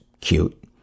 cute